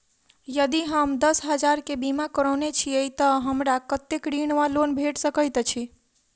यदि हम दस हजार केँ बीमा करौने छीयै तऽ हमरा कत्तेक ऋण वा लोन भेट सकैत अछि?